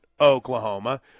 Oklahoma